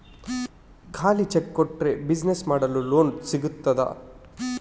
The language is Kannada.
ಖಾಲಿ ಚೆಕ್ ಕೊಟ್ರೆ ಬಿಸಿನೆಸ್ ಮಾಡಲು ಲೋನ್ ಸಿಗ್ತದಾ?